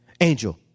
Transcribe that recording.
Angel